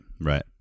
right